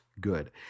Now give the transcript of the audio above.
good